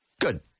Good